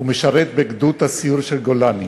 ומשרת בגדוד הסיור של גולני.